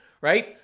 right